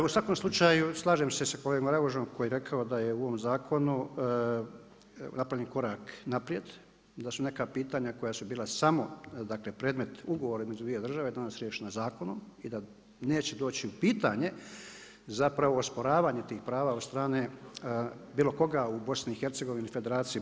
U svakom slučaju slažem se sa kolegom Ragužom koji je rekao da je u ovom zakonu napravljen korak naprijed, da su neka pitanja koja su bila samo, dakle predmet ugovora između dvije države danas riješena zakonom i da neće doći u pitanje zapravo osporavanje tih prava od strane bilo koga u BiH, Federaciji BiH.